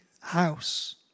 house